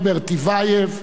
רוברט טיבייב,